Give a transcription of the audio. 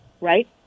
right